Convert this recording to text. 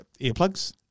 earplugs